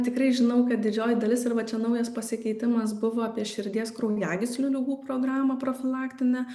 tikrai žinau kad didžioji dalis arba čia naujas pasikeitimas buvo apie širdies kraujagyslių ligų programą profilaktinę